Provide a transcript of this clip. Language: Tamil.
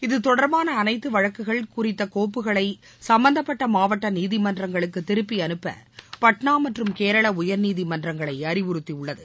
இதுதொடர்பான அனைத்து வழக்குகள் குறித்த கோப்புகளை சம்பந்தப்பட்ட மாவட்ட நீதிமன்றங்களுக்கு திருப்பி அனுப்ப பாட்னா மற்றும் கேரள உயர்நீதிமன்றங்களை அறிவறுத்தியுள்ளது